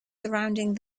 surrounding